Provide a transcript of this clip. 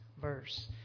verse